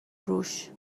روش